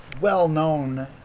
well-known